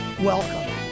Welcome